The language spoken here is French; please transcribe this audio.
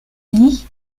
lit